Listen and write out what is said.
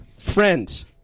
Friends